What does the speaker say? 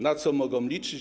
Na co mogą liczyć?